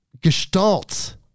gestalt